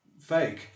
fake